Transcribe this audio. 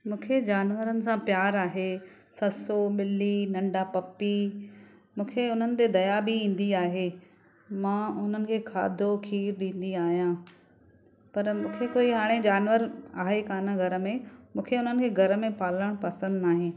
मूंखे जानवरनि सां प्यारु आहे ससो ॿिली नंढा पपी मूंखे हुननि ते दया बि ईंदी आहे मां हुननि खे खाधो खीरु ॾींदी आहियां पर मूंखे कोई हाणे जानवरु आहे कान्ह घर में मूंखे हुननि खे घर में पालणु पसंदि न आहे